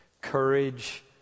Courage